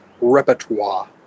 repertoire